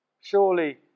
surely